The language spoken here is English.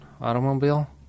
automobile